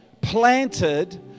planted